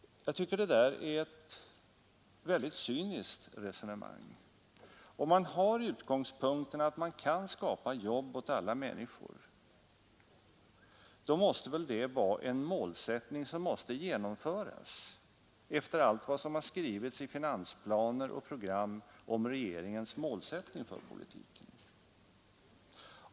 Jag tycker det är ett väldigt cyniskt resonemang. Har man utgångspunkten att man kan skapa jobb åt alla människor, så måste väl målsättningen vara att genomföra det, efter allt som har skrivits i finansplaner och program om regeringens målsättning för politiken.